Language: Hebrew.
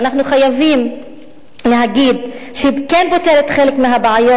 ואנחנו חייבים להגיד שהיא כן פותרת חלק מהבעיות,